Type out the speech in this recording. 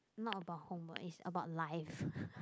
not about homework is about life